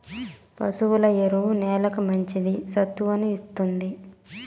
పశువుల ఎరువు నేలకి మంచి సత్తువను ఇస్తుంది